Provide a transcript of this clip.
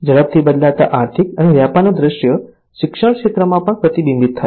ઝડપથી બદલાતા આર્થિક અને વ્યાપારનું દૃશ્ય શિક્ષણ ક્ષેત્રમાં પણ પ્રતિબિંબિત થાય છે